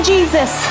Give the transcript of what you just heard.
Jesus